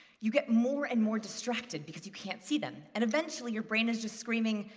you get more and more distracted because you can't see them. and eventually, your brain is just screaming,